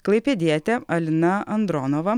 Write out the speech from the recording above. klaipėdietė alina andronova